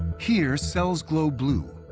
here, cells glow blue.